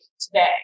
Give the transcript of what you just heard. today